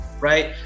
right